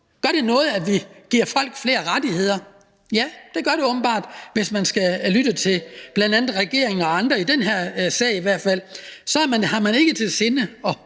Gør det noget, at vi giver folk flere rettigheder? Ja, det gør det åbenbart – i hvert fald når man lytter til bl.a. regeringen og andre i den her sag. Så er man ikke til sinds at